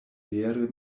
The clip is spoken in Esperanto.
vere